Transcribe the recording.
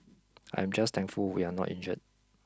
I am just thankful we are not injured